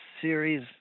series